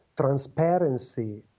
transparency